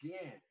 again